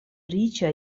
riĉa